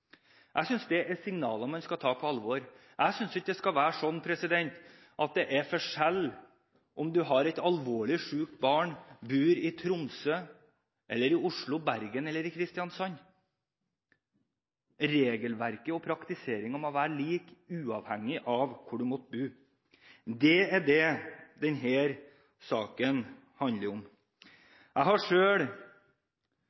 Jeg synes det er signaler man skal ta på alvor. Jeg synes ikke det skal være forskjell om du har et alvorlig sykt barn og bor i Tromsø, Oslo, Bergen eller i Kristiansand. Regelverket og praktiseringen må være lik, uavhengig av hvor du måtte bo. Det er det denne saken handler om.